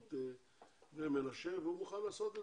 ויהדות בני מנשה אבל הוא מוכן לעשות את